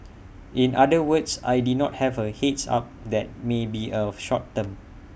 in other words I did have A heads up that may be A short term